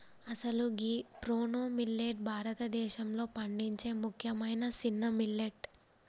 అసలు గీ proso millet భారతదేశంలో పండించే ముఖ్యమైన సిన్న మిల్లెట్